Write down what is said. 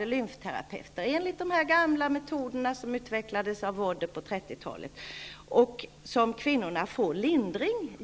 lymfterapeuter utbildade enligt de gamla metoder som utvecklades av Emil Vodder på 30-talet och genom vilka kvinnorna får lindring.